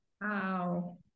Wow